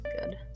good